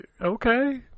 okay